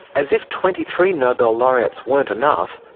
as if twenty three nobel laureates weren't enough,